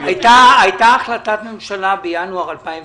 היתה החלטת ממשלה בינואר 2020